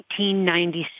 1996